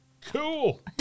cool